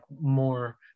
more